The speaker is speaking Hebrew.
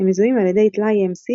הם מזוהים על ידי טלאי MC,